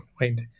point